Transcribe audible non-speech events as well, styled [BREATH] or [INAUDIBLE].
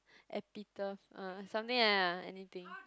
[BREATH] epitom~ ah something like that ah anything